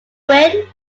win